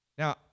Now